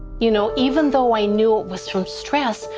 you know even though i knew it was from stress,